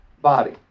body